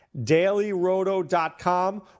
DailyRoto.com